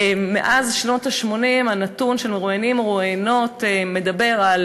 מאז שנות ה-80 הנתון של מרואיינים ומרואיינות מדבר על